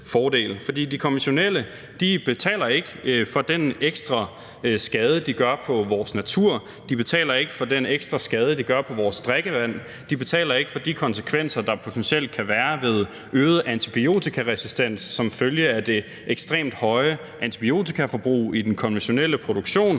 For de konventionelle betaler ikke for den ekstra skade, de gør på vores natur; de betaler ikke for den ekstra skade, de gør på vores drikkevand; de betaler ikke for de konsekvenser, der potentielt kan være ved øget antibiotikaresistens som følge af det ekstremt høje antibiotikaforbrug i den konventionelle produktion.